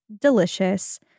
delicious